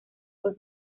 fue